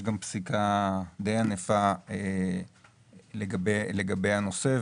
יש גם פסיקה די ענפה לגבי הנושא.